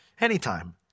Anytime